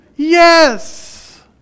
Yes